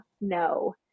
no